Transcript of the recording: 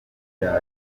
ijana